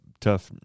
tough